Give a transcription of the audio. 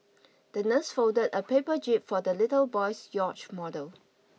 the nurse folded a paper jib for the little boy's yacht model